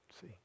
see